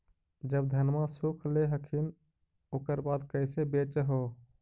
जब धनमा सुख ले हखिन उकर बाद कैसे बेच हो?